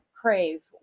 Crave